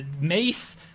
Mace